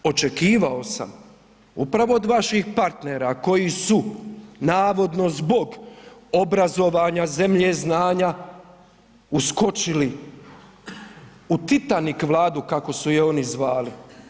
Očekivao sam upravo od vaših partnera koji su navodno zbog obrazovanja, zemlje znanja uskočili u Titanik vladu kako su je oni zvali.